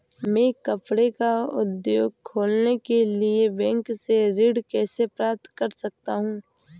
मैं कपड़े का उद्योग खोलने के लिए बैंक से ऋण कैसे प्राप्त कर सकता हूँ?